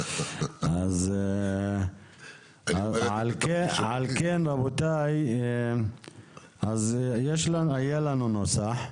אז על כן רבותיי, היה לנו נוסח.